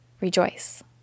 rejoice